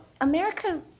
America